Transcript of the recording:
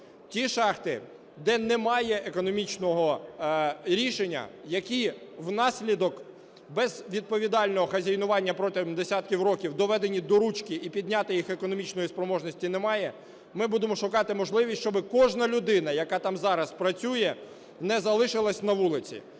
Ті шахти, де немає економічного рішення, які внаслідок безвідповідального хазяйнування протягом десятків років доведені "до ручки" і підняти їх економічної спроможності немає, ми будемо шукати можливість, щоби кожна людина, яка там зараз працює, не залишилась на вулиці.